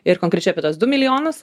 ir konkrečiai apie tuos du milijonus